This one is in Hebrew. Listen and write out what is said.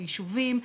ליישובים,